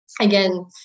again